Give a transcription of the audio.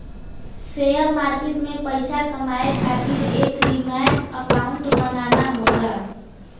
share market में पइसा कमाये खातिर एक डिमैट अकांउट बनाना होला